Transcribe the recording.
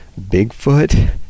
bigfoot